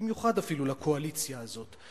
במיוחד אפילו לקואליציה הזאת.